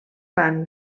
van